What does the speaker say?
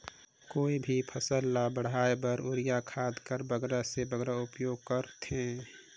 कोई भी फसल ल बाढ़े बर युरिया खाद कर बगरा से बगरा उपयोग कर थें?